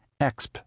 EXP